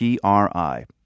PRI